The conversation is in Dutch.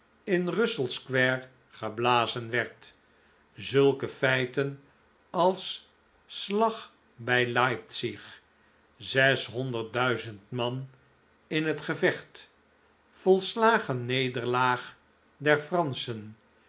in russell square geblazen werd zulke feiten als slag bij leipzig zes honderd duizend man in het gevecht volslagen nederlaag der franschen